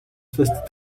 first